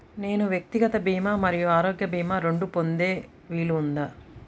నేను వ్యక్తిగత భీమా మరియు ఆరోగ్య భీమా రెండు పొందే వీలుందా?